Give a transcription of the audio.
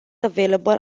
available